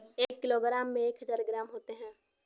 एक किलोग्राम में एक हजार ग्राम होते हैं